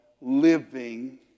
living